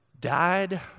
died